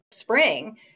spring